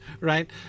right